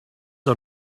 are